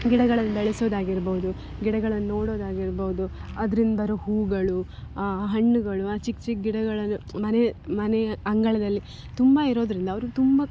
ಗಿಡಗಳನ್ನು ಬೆಳೆಸೊದಾಗಿರ್ಬೋದು ಗಿಡಗಳನ್ನು ನೋಡೊದಾಗಿರ್ಬೋದು ಅದ್ರಿಂದ ಬರೊ ಹೂವುಗಳು ಆ ಹಣ್ಣುಗಳು ಆ ಚಿಕ್ಕ ಚಿಕ್ಕ ಗಿಡಗಳನ್ನು ಮನೆ ಮನೆಯ ಅಂಗಳದಲ್ಲಿ ತುಂಬ ಇರೋದರಿಂದ ಅವ್ರಿಗೆ ತುಂಬ